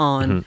on